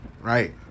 Right